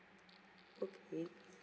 okay